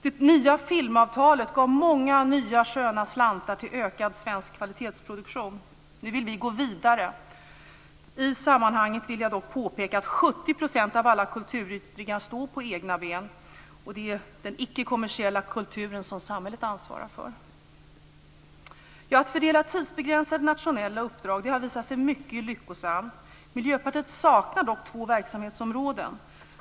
Det nya filmavtalet gav många nya sköna slantar till ökad svensk kvalitetsproduktion. Nu vill vi gå vidare. I sammanhanget vill jag dock påpeka att 70 % av alla kulturyttringar står på egna ben. Det är den icke kommersiella kulturen som samhället ansvarar för. Att fördela tidsbegränsade nationella uppdrag har visat sig mycket lyckosamt. Miljöpartiet saknar dock två verksamhetsområden.